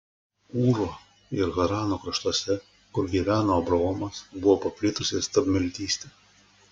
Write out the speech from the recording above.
ūro ir harano kraštuose kur gyveno abraomas buvo paplitusi stabmeldystė